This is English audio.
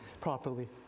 properly